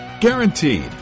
Guaranteed